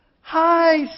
Hi